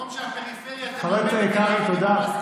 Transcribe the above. במקום שהפריפריה, חבר הכנסת קרעי, תודה.